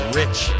rich